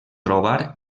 trobar